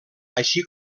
així